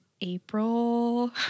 April